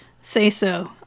say-so